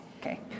Okay